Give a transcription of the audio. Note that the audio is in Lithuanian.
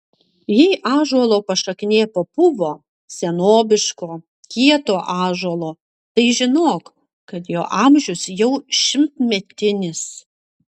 jei ąžuolo pašaknė papuvo senobiško kieto ąžuolo tai žinok kad jo amžius jau šimtmetinis